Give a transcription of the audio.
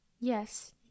Yes